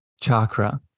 chakra